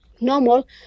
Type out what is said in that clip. normal